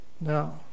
Now